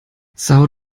são